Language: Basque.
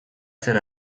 zen